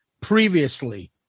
previously